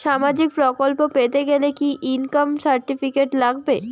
সামাজীক প্রকল্প পেতে গেলে কি ইনকাম সার্টিফিকেট লাগবে?